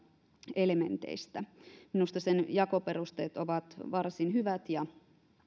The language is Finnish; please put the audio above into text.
elementeistä minusta sen jakoperusteet ovat varsin hyvät ja